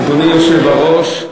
אדוני היושב-ראש,